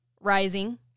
Rising